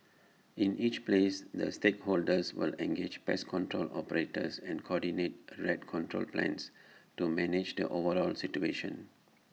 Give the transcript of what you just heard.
in each place the stakeholders will engage pest control operators and coordinate rat control plans to manage the overall situation